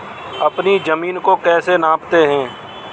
अपनी जमीन को कैसे नापते हैं?